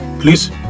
Please